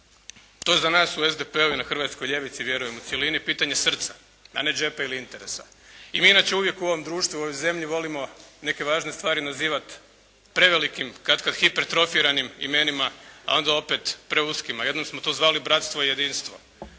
To za nas u SDP-u i na hrvatskoj ljevici, vjerujem u cjelini, pitanje srca, a ne džepa ili interesa. I mi inače uvijek u ovom društvu, u ovoj zemlji volimo neke važne stvari nazivati prevelikim, katkad hipertrofiranim imenima, a onda opet preuskima. Jednom smo to zvali bratstvo i jedinstvo,